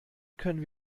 können